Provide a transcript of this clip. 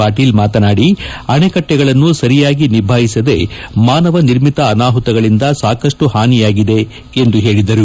ಪಾಟೀಲ್ ಮಾತನಾಡಿ ಅಣೆಕಟ್ಟೆಗಳನ್ನು ಸರಿಯಾಗಿ ನಿಭಾಯಿಸದೆ ಮಾನವ ನಿರ್ಮಿತ ಅನಾಹುತಗಳಿಂದ ಸಾಕಷ್ಟು ಪಾನಿಯಾಗಿದೆ ಎಂದು ಹೇಳಿದರು